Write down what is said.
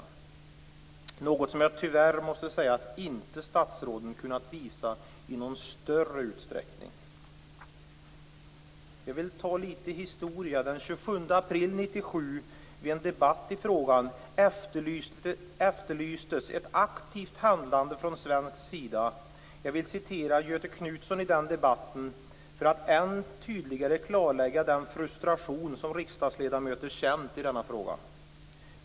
Det är något som jag tyvärr måste säga att statsråden inte har kunnat visa i någon större utsträckning. Jag vill ta upp lite historia. I en debatt i frågan den 22 april 1997 efterlystes ett aktivt handlande från svensk sida. Jag vill citera Göthe Knutson i den debatten för att än tydligare klarlägga den frustration som riksdagsledamöter har känt i denna fråga.